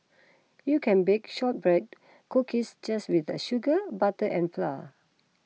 you can bake Shortbread Cookies just with the sugar butter and flour